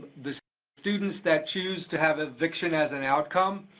the students that choose to have eviction as an outcome,